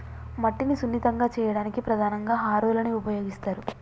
మట్టిని సున్నితంగా చేయడానికి ప్రధానంగా హారోలని ఉపయోగిస్తరు